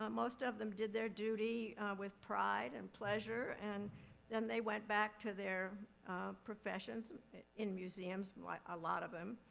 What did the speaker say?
um most of them did their duty with pride and pleasure and then they went back to their professions in museums, a lot of them.